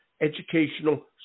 Educational